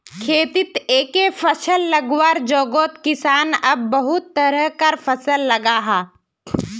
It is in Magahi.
खेतित एके फसल लगवार जोगोत किसान अब बहुत तरह कार फसल लगाहा